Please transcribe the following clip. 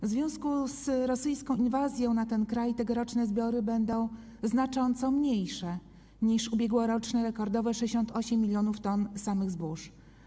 W związku z rosyjską inwazją na ten kraj tegoroczne zbiory będą znacząco mniejsze niż ubiegłoroczne rekordowe 68 mln t samych zbóż.